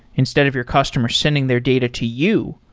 instead of your customers sending their data to you,